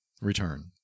return